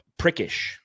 prickish